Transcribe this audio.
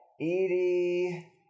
Edie